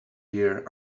hear